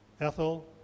Ethel